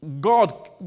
God